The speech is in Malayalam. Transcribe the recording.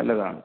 നല്ലതാണ്